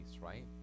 right